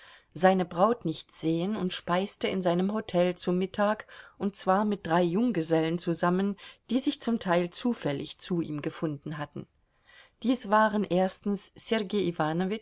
seine braut nicht sehen und speiste in seinem hotel zu mittag und zwar mit drei junggesellen zusammen die sich zum teil zufällig zu ihm gefunden hatten dies waren erstens sergei